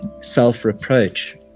self-reproach